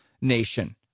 nation